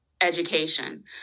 education